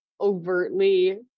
overtly